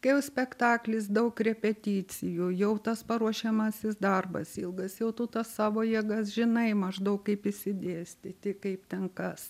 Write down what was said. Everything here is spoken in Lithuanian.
kai jau spektaklis daug repeticijų jau tas paruošiamasis darbas ilgas jau tu savo jėgas žinai maždaug kaip išsidėstyti kaip ten kas